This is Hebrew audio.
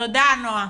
תודה נעה.